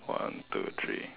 one two three